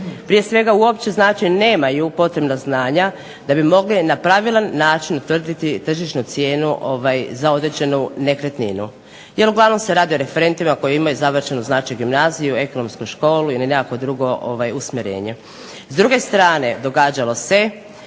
prije svega uopće znači nemaju potrebna znanja da bi mogli na pravilan način utvrditi tržišnu cijenu za određenu nekretninu, jer uglavnom se radi o referentima koji imaju završenu znači gimnaziju, ekonomsku školu ili nekakvo drugo usmjerenje. S druge strane događalo se